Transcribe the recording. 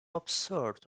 absurd